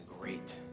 great